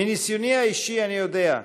מניסיוני האישי אני יודע,